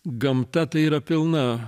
gamta tai yra pilna